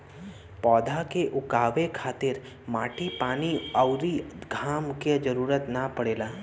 पौधा के उगावे खातिर माटी पानी अउरी घाम क जरुरत ना पड़ेला